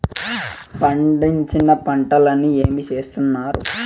పండించిన పంటలని ఏమి చేస్తున్నారు?